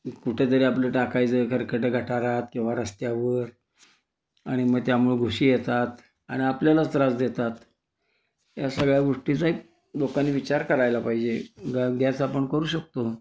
कुठेतरी आपलं टाकायचं खरखट्या घटारात किंवा रस्त्यावर आणि मग त्यामुळं घुशी येतात आणि आपल्यालाच त्रास देतात या सगळ्या गोष्टीचाही लोकांनी विचार करायला पाहिजे ग ग्यास आपण करू शकतो